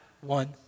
one